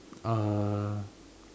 uh